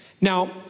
Now